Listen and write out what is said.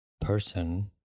person